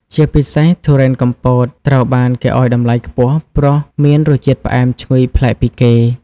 ជាពិសេស ទុរេនកំពត ត្រូវបានគេឲ្យតម្លៃខ្ពស់ព្រោះមានរសជាតិផ្អែមឈ្ងុយប្លែកពីគេ។